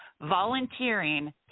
volunteering